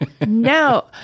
No